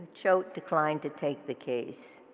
choate declined to take the case.